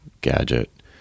gadget